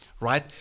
right